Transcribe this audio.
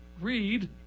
read